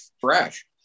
fresh